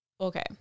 okay